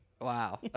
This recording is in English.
Wow